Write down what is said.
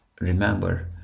remember